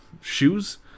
shoes